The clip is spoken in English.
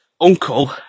uncle